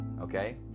okay